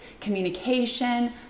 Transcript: communication